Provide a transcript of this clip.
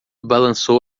balançou